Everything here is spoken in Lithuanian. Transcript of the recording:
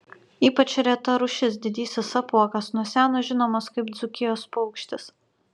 ypač reta rūšis didysis apuokas nuo seno žinomas kaip dzūkijos paukštis